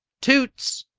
toots!